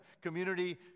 Community